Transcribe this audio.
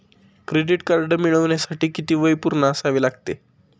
Credit card मिळवण्यासाठी किती वय पूर्ण असावे लागते?